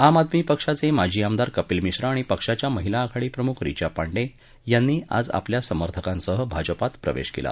आम आदमी पक्षाचे माजी आमदार कपिल मिश्रा आणि पक्षाच्या महिला आघाडी प्रमुख रिचा पांडे यांनी आज आपल्या समर्थकांसह भाजपात प्रवेश केला